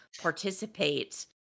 participate